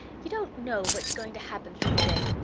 you don't know what's going to happen through the day,